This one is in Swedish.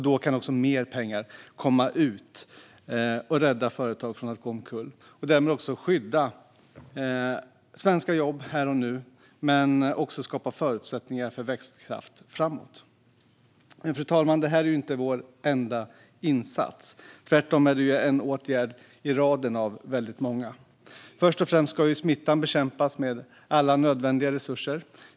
Då kan också mer pengar komma ut och rädda företag från att gå omkull och därmed också skydda svenska jobb här och nu men också skapa förutsättningar för växtkraft framåt. Fru talman! Det här är inte vår enda insats. Tvärtom är det en åtgärd i raden av väldigt många. Först och främst ska ju smittan bekämpas med alla nödvändiga resurser.